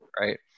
right